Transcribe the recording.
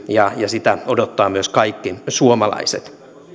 ja niitä odottavat myös kaikki suomalaiset